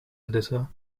editor